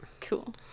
Cool